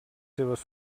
seves